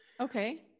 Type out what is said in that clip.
Okay